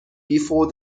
before